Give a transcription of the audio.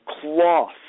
cloth